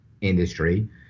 industry